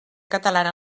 catalana